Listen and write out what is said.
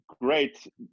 great